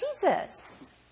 Jesus